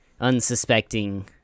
Unsuspecting